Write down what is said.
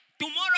Tomorrow